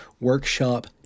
workshop